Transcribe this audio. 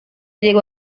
llegó